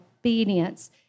obedience